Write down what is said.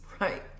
right